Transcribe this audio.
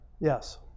yes